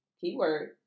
keyword